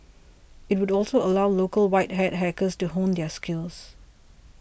it would also allow local white hat hackers to hone their skills